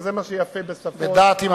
וזה מה שיפה בשפות שמתערבבות.